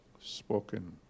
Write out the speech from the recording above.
spoken